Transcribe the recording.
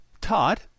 Todd